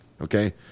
okay